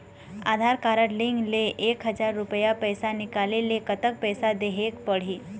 आधार card link ले एक हजार रुपया पैसा निकाले ले कतक पैसा देहेक पड़ही?